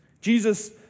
Jesus